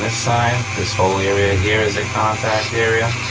this whole area here is a contact area.